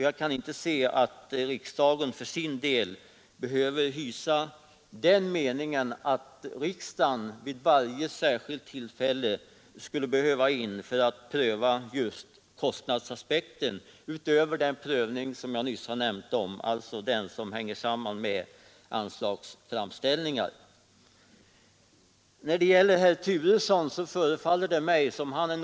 Jag kan inte se att riksdagen vid varje särskilt tillfälle skulle behöva pröva just kostnadsaspekten, utöver den prövning som jag nyss nämnt och som hör samman med anslagsframställningar. Det förefaller vidare som om herr Turesson är något kluven i denna fråga.